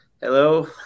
Hello